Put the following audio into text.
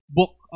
book